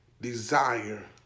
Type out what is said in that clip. desire